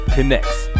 Connects